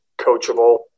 coachable